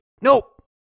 nope